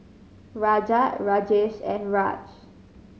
Rajat Rajesh and Raj